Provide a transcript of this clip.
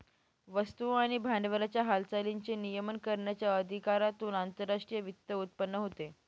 वस्तू आणि भांडवलाच्या हालचालींचे नियमन करण्याच्या अधिकारातून आंतरराष्ट्रीय वित्त उत्पन्न होते